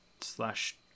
slash